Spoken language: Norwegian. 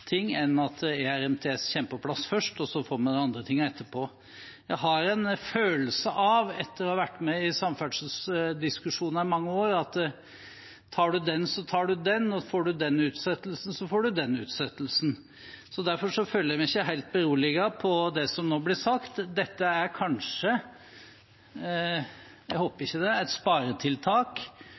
ting enn at ERTMS kommer på plass først, og så får vi de andre tingene etterpå. Jeg har en følelse av – etter å ha vært med i samferdselsdiskusjoner i mange år – at tar man den, så tar man den, og får man den utsettelsen, så får man den utsettelsen. Derfor føler jeg meg ikke helt beroliget av det som nå blir sagt. Dette er kanskje – jeg håper det ikke – et sparetiltak,